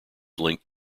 linked